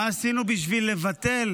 מה עשינו בשביל לבטל